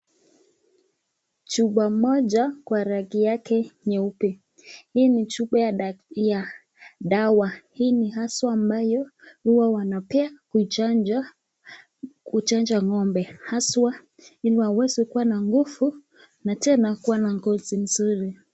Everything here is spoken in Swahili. Chupa moja kwa rangi yake nyeupe. Hii ni chupa ya daktari ya dawa hii ni haswa ambayo huwa wanapea kuchanja ng'ombe haswa ili waweze kuwa na nguvu na tena kuwa na ngozi mzuri.